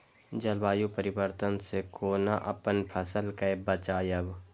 जलवायु परिवर्तन से कोना अपन फसल कै बचायब?